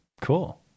Cool